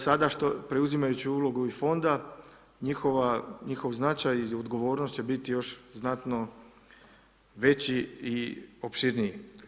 Sada preuzimajući ulogu i Fonda njihov značaj i odgovornost će biti još znatno veći i opširniji.